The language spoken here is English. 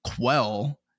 quell